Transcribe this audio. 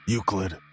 Euclid